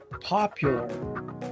popular